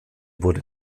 wurde